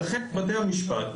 לכן בתי המשפט,